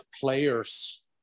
players